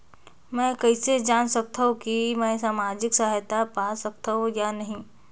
मै कइसे जान सकथव कि मैं समाजिक सहायता पा सकथव या नहीं?